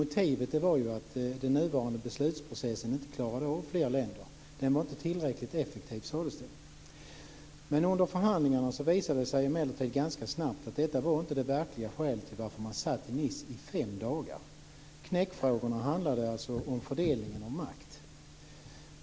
Motivet var att den nuvarande beslutprocessen inte klarade av fler länder. Den var inte tillräckligt effektiv, sades det. Under förhandlingarna visade det sig emellertid ganska snabbt att detta inte var det verkliga skälet till att man satt i Nice i fem dagar. Knäckfrågorna handlade alltså om fördelningen av makt.